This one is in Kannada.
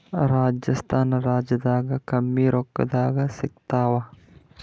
ರಾಜಸ್ಥಾನ ರಾಜ್ಯದಾಗ ಕಮ್ಮಿ ರೊಕ್ಕದಾಗ ಸಿಗತ್ತಾವಾ?